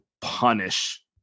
punish